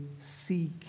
seek